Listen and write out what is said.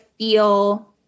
feel